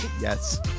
yes